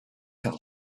have